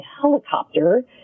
helicopter